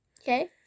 Okay